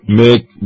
make